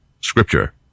Scripture